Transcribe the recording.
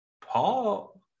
Paul